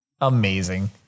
Amazing